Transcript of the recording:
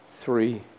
three